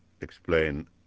explain